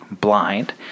blind